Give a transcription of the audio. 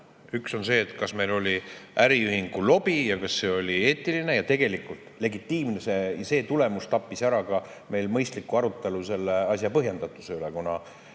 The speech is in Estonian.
on see, kas meil oli äriühingu lobi ja kas see oli eetiline ja legitiimne. See tulemus tappis ära ka mõistliku arutelu selle asja põhjendatuse üle, kuna